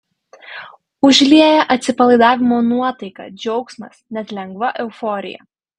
užlieja atsipalaidavimo nuotaika džiaugsmas net lengva euforija